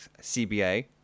CBA